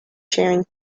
sharing